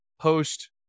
post